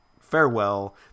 farewell